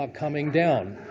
um coming down.